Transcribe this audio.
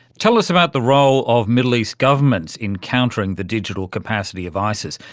tell us about the role of middle east governments in countering the digital capacity of isis,